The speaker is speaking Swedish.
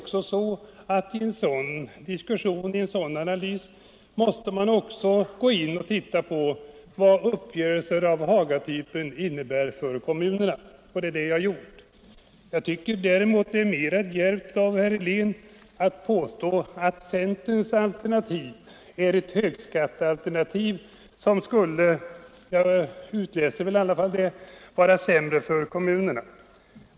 I en sådan diskussion måste man också ta hänsyn till vad uppgörelser av Hagatypen innebär för kommunerna, och det är vad jag gjort. Jag tycker att det är mera djärvt av herr Helén att påstå att centerns alternativ är ett högskattealternativ som skulle — jag uppfattar det i alla fall så — vara sämre för kommunerna.